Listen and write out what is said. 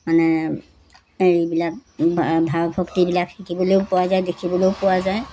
মানে হেৰিবিলাক ভাৱ ভক্তিবিলাক শিকিবলৈও পোৱা যায় দেখিবলৈও পোৱা যায়